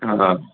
हा